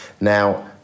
now